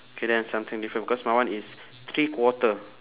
okay then something different because my one is three quarter